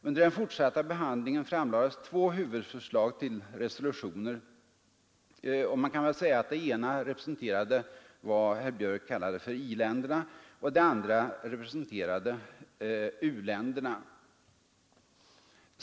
Under den fortsatta förhandlingen framlades två huvudförslag till resolution — man kan väl säga att det ena representerade vad herr Björk kallade för i-länderna och det andra u-länderna.